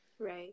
Right